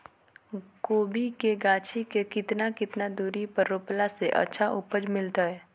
कोबी के गाछी के कितना कितना दूरी पर रोपला से अच्छा उपज मिलतैय?